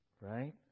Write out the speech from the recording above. Right